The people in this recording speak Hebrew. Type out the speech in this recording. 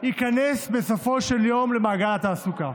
ייכנס בסופו של יום למעגל התעסוקה,